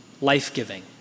life-giving